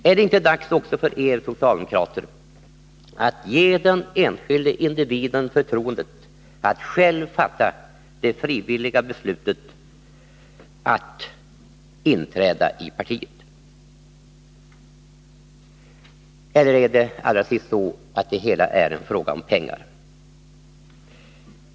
Är det inte dags också för er socialdemokrater att ge den enskilde individen förtroendet att själv fatta det frivilliga beslutet att inträda i partiet? Eller är det så, att det hela är en fråga om pengar?